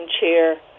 chair